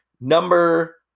number